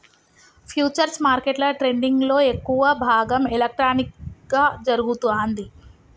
futures మార్కెట్ల ట్రేడింగ్లో ఎక్కువ భాగం ఎలక్ట్రానిక్గా జరుగుతాంది